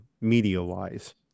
media-wise